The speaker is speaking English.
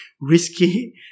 risky